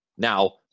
Now